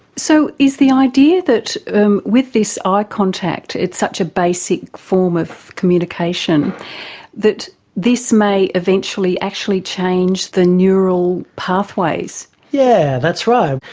so is the idea that with this eye contact, it's such a basic form of communication that this may eventually actually change the neural pathways? yes, yeah that's right.